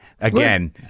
again